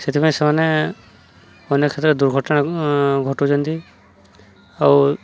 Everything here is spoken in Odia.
ସେଥିପାଇଁ ସେମାନେ ଅନେକ କ୍ଷେତ୍ରରେ ଦୁର୍ଘଟଣା ଘଟଉଛନ୍ତି ଆଉ